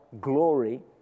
glory